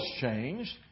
changed